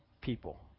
people